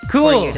Cool